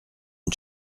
une